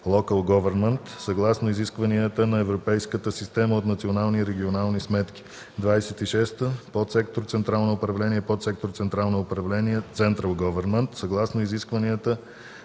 (local government) съгласно изискванията на Европейската система от национални и регионални сметки. 26. „Подсектор „Централно управление” е подсектор „Централно управление” (central government) съгласно изискванията на Европейската система от национални и регионални сметки.